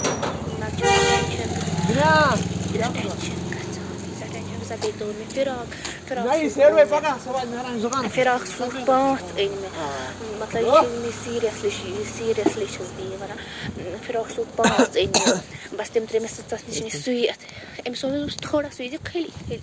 فِراق سوٗٹ پانٛژھ أنۍ مےٚ مطلب سیٖریَسلی چھُ یہِ سیٖریَسلی چھیٚس بہٕ یہِ وَنان ٲں فراق سوٗٹ پانٛژھ أنۍ مےٚ پتہٕ بَس تم ترٛٲے مےٚ سٕژَس نِش نش سُیِتھ أمِس ووٚن مےٚ دوٚپمَس تھوڑا سُیہِ زِ خٔلی خٔلی